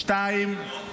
שתיים,